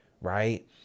right